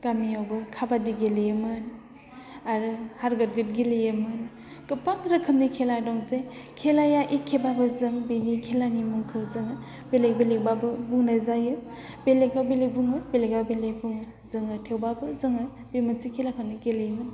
गामियावबो खाबादि गेलेयोमोन आरो हारगेथ गेथ गेलेयोमोन गोबां रोखोमनि खेला दं जेरै खेलाया एखेब्लाबो जों बेनि खेलानि मुंखौ जोङो बेलेक बेलेकब्लाबो बुंनाय जायो बेलेकाव बेलेक बुङो बेलेकाव बेलेक बुङो जोङो थेवब्लाबो जोङो बे मोनसे खेलाखौनो गेलेयोमोन